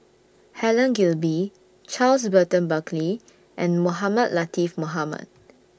Helen Gilbey Charles Burton Buckley and Mohamed Latiff Mohamed